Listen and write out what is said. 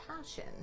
Passion